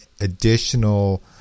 additional